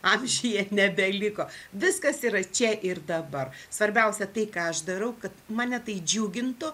amžiuje nebeliko viskas yra čia ir dabar svarbiausia tai ką aš darau kad mane tai džiugintų